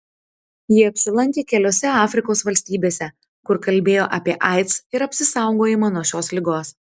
ji apsilankė keliose afrikos valstybėse kur kalbėjo apie aids ir apsisaugojimą nuo šios ligos